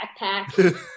backpack